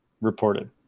reported